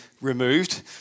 removed